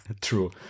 True